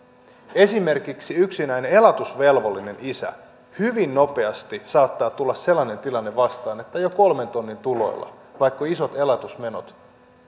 esimerkiksi yksinäisellä elatusvelvollisella isällä hyvin nopeasti saattaa tulla sellainen tilanne vastaan että jo kolmen tonnin tuloilla jos on isot elatusmenot